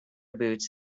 boots